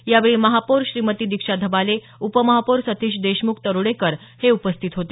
यावेळी महापौर श्रीमती दिक्षा धबाले उपमहापौर सतिश देशमुख तरोडेकर हे उपस्थित होते